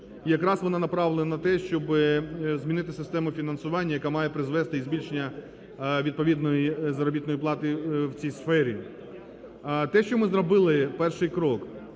Якраз вона направлена на те, щоби змінити систему фінансування, яка має призвести і збільшення відповідної заробітної плати в цій сфері. Те, що ми зробили перший крок